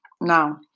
Now